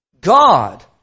God